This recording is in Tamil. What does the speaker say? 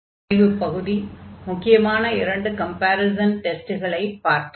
நிறைவுப் பகுதி முக்கியமான இரண்டு கம்பேரிஸன் டெஸ்ட்களை பார்த்தோம்